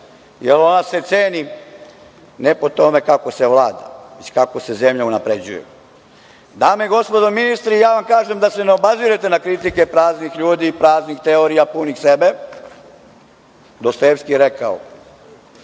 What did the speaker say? jer ona se ceni ne po tome kako se vlada, već kako se zemlja unapređuje. Dame i gospodo ministri, ja vam kažem da se ne obazirete na kritike praznih ljudi i praznih teorija punih sebe. Dostojevski je rekao